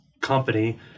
company